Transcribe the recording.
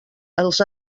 els